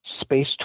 Space